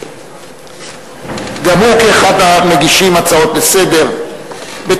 גם הוא כאחד המגישים הצעות לסדר-היום.